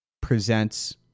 presents